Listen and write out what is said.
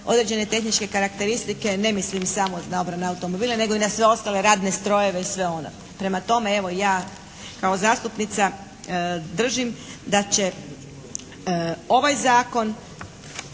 određene tehničke karakteristike ne mislim samo na automobile nego i na sve ostale radne strojeve i sve ono. Prema tome, evo ja kao zastupnica držim da će ovaj Zakon